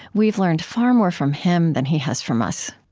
we've learned far more from him than he has from us